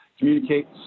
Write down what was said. communicate